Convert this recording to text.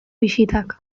bisitak